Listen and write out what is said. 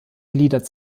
gliedert